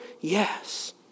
Yes